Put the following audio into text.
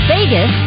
Vegas